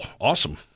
awesome